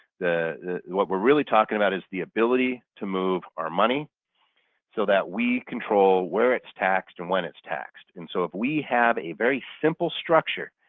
what we're really talking about is the ability to move our money so that we control where it's taxed and when it's taxed. and so if we have a very simple structure,